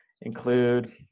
include